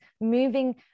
moving